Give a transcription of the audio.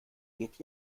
geht